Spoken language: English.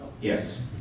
Yes